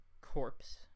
corpse